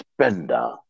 spender